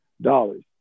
dollars